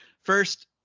First